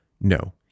no